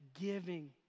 giving